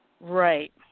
right